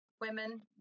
Women